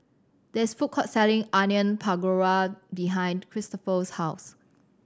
there is a food court selling Onion Pakora behind Kristofer's house